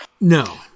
No